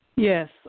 Yes